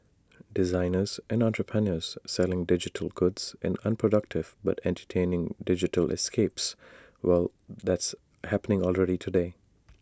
designers and entrepreneurs selling digital goods in unproductive but entertaining digital escapes well that's happening already today